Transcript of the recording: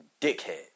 Dickhead